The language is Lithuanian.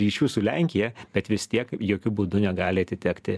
ryšių su lenkija bet vis tiek jokiu būdu negali atitekti